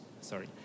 sorry